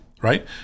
right